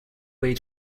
way